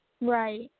Right